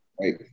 Right